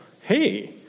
Hey